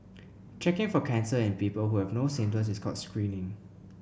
checking for cancer in people who have no symptoms is called screening